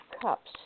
Cups